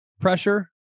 pressure